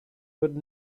would